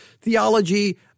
theology